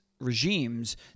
regimes